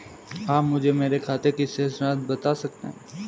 आप मुझे मेरे खाते की शेष राशि बता सकते हैं?